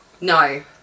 No